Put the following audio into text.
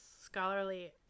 scholarly